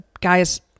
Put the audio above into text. guys